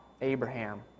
Abraham